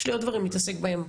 יש לי עוד דברים להתעסק בהם.